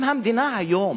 אם המדינה היום,